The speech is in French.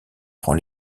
prend